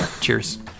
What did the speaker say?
cheers